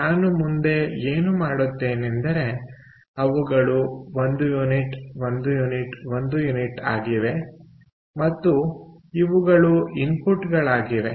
ನಾನು ಮುಂದೆ ಏನು ಮಾಡುತ್ತೇನೆಂದರೆ ಅವುಗಳು 1 ಯುನಿಟ್ 1 ಯುನಿಟ್ 1 ಯುನಿಟ್ ಆಗಿವೆ ಮತ್ತು ಇವುಗಳು ಇನ್ಪುಟ್ಗಳಾಗಿವೆ